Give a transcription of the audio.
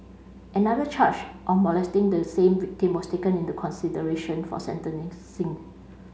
another charge of molesting the same victim was taken into consideration for